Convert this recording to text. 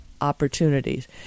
opportunities